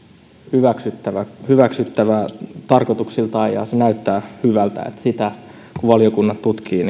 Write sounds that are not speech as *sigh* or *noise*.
hyväksyttävä hyväksyttävä tarkoituksiltaan ja näyttää hyvältä kun sitä valiokunnat tutkivat *unintelligible*